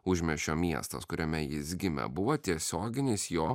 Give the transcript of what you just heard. užmiesčio miestas kuriame jis gimė buvo tiesioginis jo